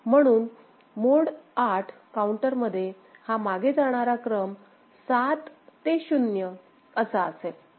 म्हणून mode 8 counter मध्ये हा मागे जाणारा क्रम 7 ते 0 असा असेल